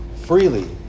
freely